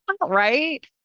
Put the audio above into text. right